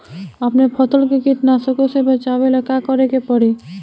अपने फसल के कीटनाशको से बचावेला का करे परी?